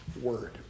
word